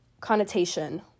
Connotation